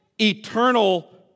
eternal